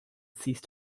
ceased